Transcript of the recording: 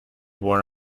war